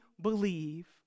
believe